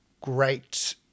great